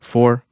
Four